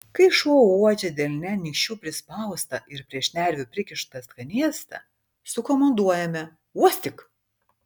kai šuo uodžia delne nykščiu prispaustą ir prie šnervių prikištą skanėstą sukomanduojame uostyk